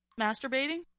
masturbating